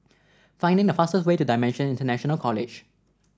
find the fastest way to Dimensions International College